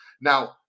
Now